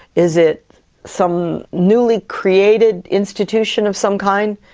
is it some newly created institution of some kind?